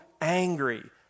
angry